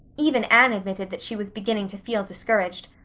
even anne admitted that she was beginning to feel discouraged.